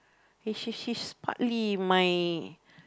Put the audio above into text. s~ sh~ she's partly my